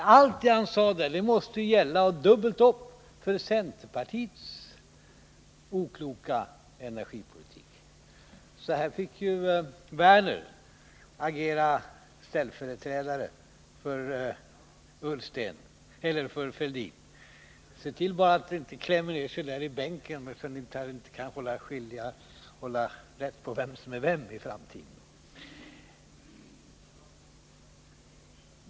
Men allt han sade måste gälla dubbelt upp för centerpartiets okloka energipolitik. Lars Werner fick alltså agera som ställföreträdare för Thorbjörn Fälldin. Se bara till så att ni inte klämmer ner er så djupt i bänkarna att ni inte kan hålla rätt på vem som är vem!